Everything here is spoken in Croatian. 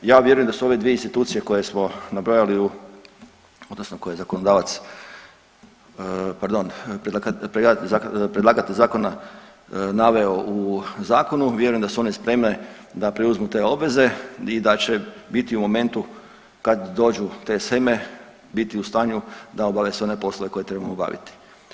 Ja vjerujem da su ove dvije institucije koje smo nabrojali u, odnosno koje zakonodavac, pardon, predlagatelj zakona naveo u zakonu vjerujem da su one spremne da preuzme te obveze i da će biti u momentu kad dođu te sheme da obave sve one poslove koje trebamo obaviti.